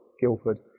Guildford